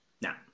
Now